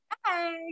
Hi